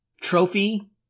trophy